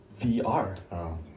VR